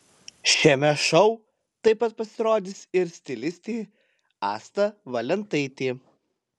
šiame šou taip pat pasirodys ir stilistė asta valentaitė